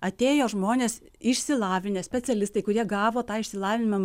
atėjo žmonės išsilavinę specialistai kurie gavo tą išsilavinimą